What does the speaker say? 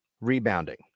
rebounding